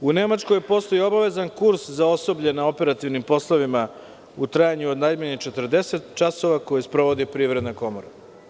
U Nemačkoj postoji obavezan kurs za osoblje na operativnim poslovima u trajanju od najmanje 40 časova, koji sprovodi Privredna komora.